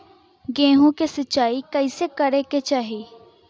गेहूँ के सिंचाई कइसे करे के चाही?